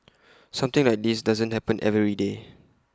something like this doesn't happen every day